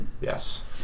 Yes